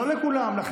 לא לכולן, אדוני.